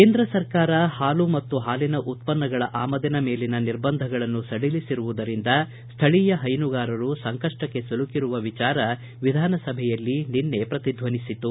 ಕೇಂದ್ರ ಸರ್ಕಾರ ಹಾಲು ಮತ್ತು ಹಾಲಿನ ಉತ್ತನ್ನಗಳ ಆಮದಿನ ಮೇಲಿನ ನಿರ್ಬಂಧಗಳನ್ನು ಸಡಲಿಸಿರುವುದರಿಂದ ಸ್ವಳೀಯ ಹೈನುಗಾರರು ಸಂಕಷ್ಟಕ್ಕೆ ಸಿಲುಕಿರುವ ವಿಚಾರ ವಿಧಾನಸಭೆಯಲ್ಲಿ ನಿನ್ನೆ ಪ್ರತಿಧ್ವನಿಸಿತು